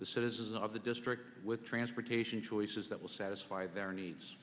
the citizens of the district with transportation choices that will satisfy their needs